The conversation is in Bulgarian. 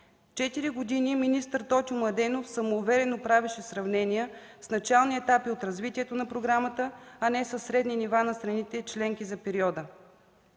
Четири години министър Тотю Младенов самоуверено правеше сравнения с начални етапи от развитието на програмата, а не със средни нива на страните членки за периода,